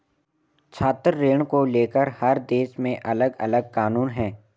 छात्र ऋण को लेकर हर देश में अलगअलग कानून है